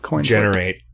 generate